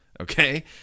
okay